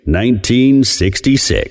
1966